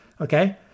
okay